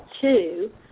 two